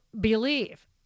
believe